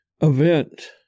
event